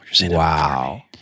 Wow